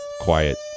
quiet